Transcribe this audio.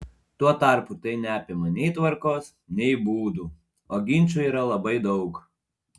tuo tarpu tai neapima nei tvarkos nei būdų o ginčų yra labai daug